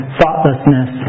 thoughtlessness